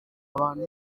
abantu